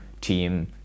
team